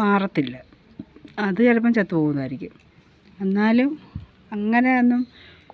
മാറത്തില്ല അത് ചിലപ്പോൾ ചത്തുപോകുന്നായിരിക്കും എന്നാലും അങ്ങനെയൊന്നും